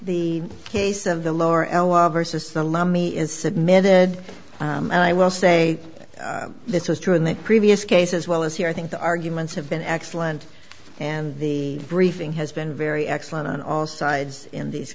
the case of the lower versus the lummy is submitted and i will say this was true in the previous case as well as here i think the arguments have been excellent and the briefing has been very excellent on all sides in these